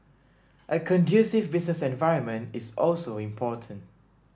a conducive business environment is also important